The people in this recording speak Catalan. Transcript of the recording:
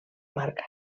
marca